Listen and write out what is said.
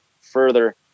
further